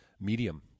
medium